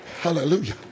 Hallelujah